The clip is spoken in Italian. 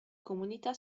comunità